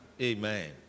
Amen